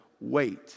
wait